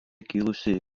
kilusi